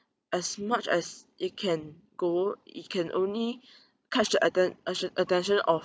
as much as it can go it can only catch the attention attention of